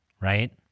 right